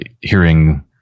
hearing